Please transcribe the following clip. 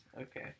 Okay